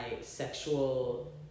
sexual